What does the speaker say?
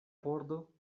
pordo